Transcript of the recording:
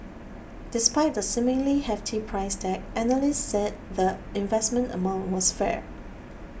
despite the seemingly hefty price tag analysts said the investment amount was fair